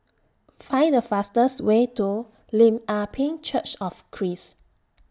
Find The fastest Way to Lim Ah Pin Church of Christ